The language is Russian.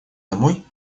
домой